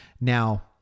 Now